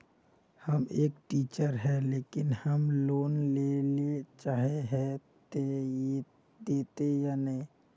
हम एक टीचर है लेकिन हम लोन लेले चाहे है ते देते या नय?